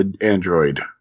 Android